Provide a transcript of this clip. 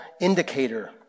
indicator